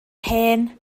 hen